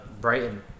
Brighton